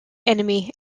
enemy